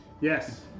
Yes